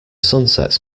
sunsets